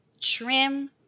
trim